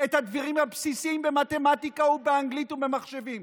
את הדברים הבסיסיים במתמטיקה ובאנגלית ובמחשבים?